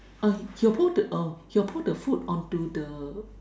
uh he will pour the uh he will pour the food onto the uh